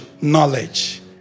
knowledge